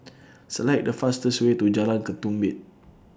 Select The fastest Way to Jalan Ketumbit